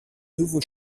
nouveau